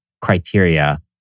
criteria